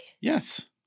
Yes